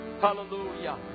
Hallelujah